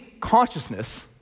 consciousness